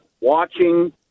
watching